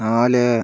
നാല്